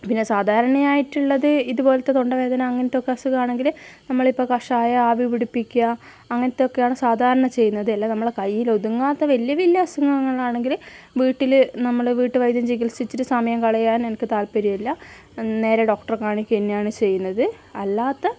പിന്നെ സാധാരണയായിട്ട് ഉള്ളത് ഇതുപോലെത്തെ തൊണ്ടവേദന അങ്ങനത്തെ ഒക്കെ അസുഖം ആണെങ്കിൽ നമ്മളിപ്പോൾ കഷായം ആവി പിടിപ്പിക്കുക അങ്ങനത്തെ ഒക്കെ ആണ് സാധാരണ ചെയ്യുന്നത് അല്ല നമ്മളെ കയ്യിൽ ഒതുങ്ങാത്ത വലിയ വലിയ അസുഖങ്ങൾ ആണെങ്കിൽ വീട്ടിൽ നമ്മൾ വീട്ടുവൈദ്യം ചികിത്സിച്ചിട്ട് സമയം കളയാൻ എനിക്ക് താല്പര്യമില്ല നേരെ ഡോക്ടറെ കാണിക്കുക തന്നെയാണ് ചെയ്യുന്നത് അല്ലാത്ത